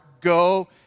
go